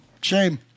Shame